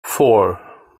four